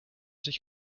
sich